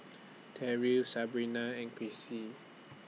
Terrill Sabina and Krissy